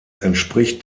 entspricht